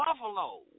buffalo